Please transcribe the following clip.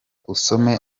usome